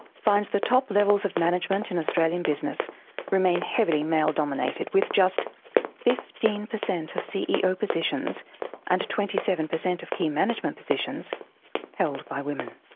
finds the top levels of management in australian business remain heavily male-dominated, with just fifteen percent of ceo positions and twenty seven percent of key management positions held by women.